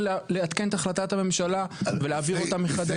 לעדכן את החלטת הממשלה ולהעביר אותה מחדש?